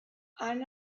han